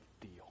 deal